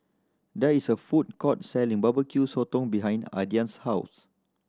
there is a food court selling Barbecue Sotong behind Aidan's house